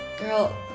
girl